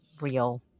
real